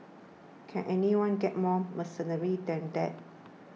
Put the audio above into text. can anyone get more mercenary than that